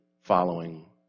following